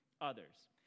others